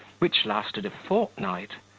which lasted a fortnight,